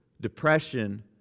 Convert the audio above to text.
depression